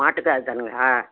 மாட்டுக்கும் அதுதானுங்களா